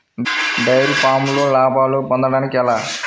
Dairy ఫామ్లో లాభాలు పొందడం ఎలా?